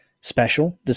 special